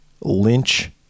Lynch